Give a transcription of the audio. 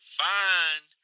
fine